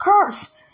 curse